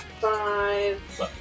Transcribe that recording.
five